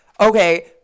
Okay